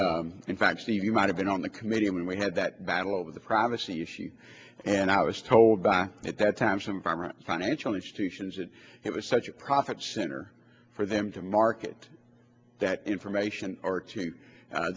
bali in fact steve you might have been on the committee and we had that battle over the privacy issue and i was told by at that time some former financial institutions that it was such a profit center for them to market that information or two